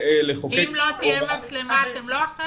ואם לא תהיה מצלמה, אתם לא אחראים?